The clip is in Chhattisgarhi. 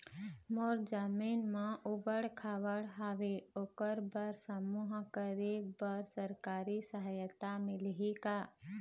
मोर जमीन म ऊबड़ खाबड़ हावे ओकर बर समूह करे बर सरकारी सहायता मिलही का?